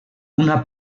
una